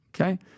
Okay